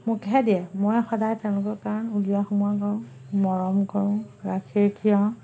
মোকহে দিয়ে মই সদায় তেওঁলোকক কাৰণ উলিওৱা সোমোৱা কৰোঁ মৰম কৰোঁ গাখীৰ খীৰাওঁ